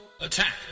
Attack